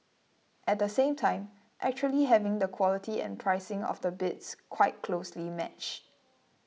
at the same time actually having the quality and pricing of the bids quite closely matched